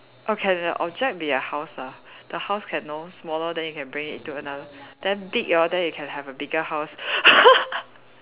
oh can the object be a house ah the house can know smaller then you can bring it to another then big hor then you can have a bigger house